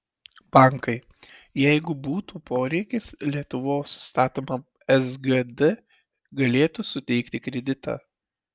bankai jeigu būtų poreikis lietuvos statomam sgd galėtų suteikti kreditą